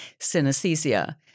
synesthesia